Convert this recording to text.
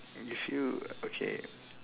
if you okay